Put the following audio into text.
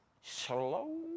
slow